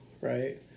right